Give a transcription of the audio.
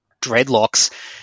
dreadlocks